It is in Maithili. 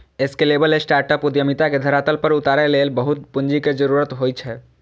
स्केलेबल स्टार्टअप उद्यमिता के धरातल पर उतारै लेल बहुत पूंजी के जरूरत होइ छै